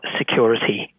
security